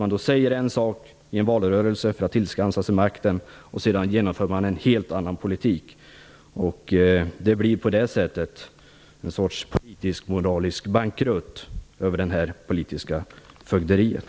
Man säger en sak i valrörelsen för att tillskansa sig makten och sedan genomför man en helt annat politik. På det sättet blir det ett slags politisk och moralisk bankrutt över det här politiska fögderiet.